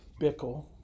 Bickle